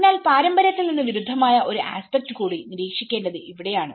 അതിനാൽ പാരമ്പര്യത്തിൽ നിന്ന് വിരുദ്ധമായ ഒരു ആസ്പെക്ട് കൂടി നിരീക്ഷിക്കേണ്ടത് ഇവിടെയാണ്